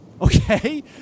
Okay